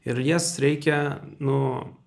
ir jas reikia nu